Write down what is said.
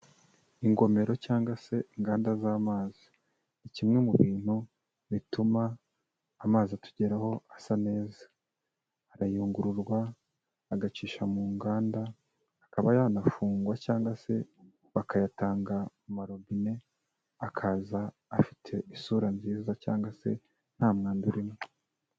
Ingomero cyangwa se inganda z'amazi, ni kimwe mu bintu bituma amazi atugeraho asa neza, arayungururwa, agacisha mu nganda, akaba yanafungwa cyangwa se bakayatanga mu marobine, akaza afite isura nziza cyangwa se nta mwanda urimo.